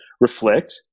Reflect